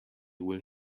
will